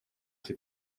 sydd